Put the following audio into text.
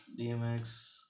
DMX